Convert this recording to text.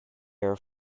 are